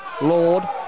Lord